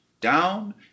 down